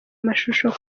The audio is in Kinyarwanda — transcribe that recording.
mashusho